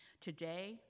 Today